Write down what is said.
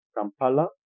Kampala